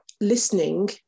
listening